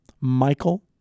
michael